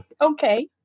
okay